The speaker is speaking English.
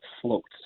floats